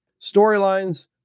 storylines